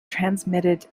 transmitted